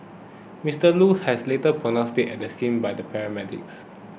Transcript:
Mister Loo has later pronounced dead at the scene by the paramedics